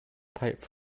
pipe